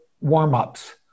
warm-ups